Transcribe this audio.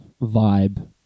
vibe